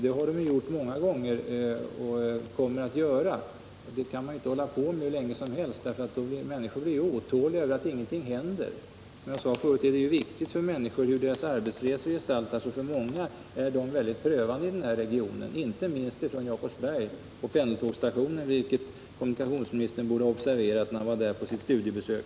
Det har de gjort många gånger, och de kommer att göra det i fortsättningen också. Men de kan inte hålla på med det hur länge som helst — människorna blir otåliga för att ingenting händer. Som jag sade förut är det viktigt för människor hur deras arbetsresor ordnas, och för många är de väldigt prövande i denna region, inte minst från Jakobsbergs pendeltågsstation, vilket kommunikationsministern borde ha observerat när han var där på sitt studiebesök.